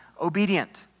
obedient